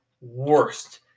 worst